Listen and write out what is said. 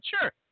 Sure